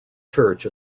church